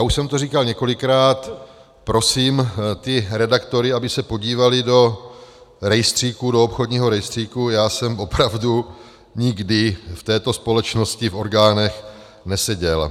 Už jsem to říkal několikrát, prosím ty redaktory, aby se podívali do obchodního rejstříku, já jsem opravdu nikdy v této společnosti v orgánech neseděl.